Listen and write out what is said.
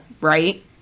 right